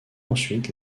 ensuite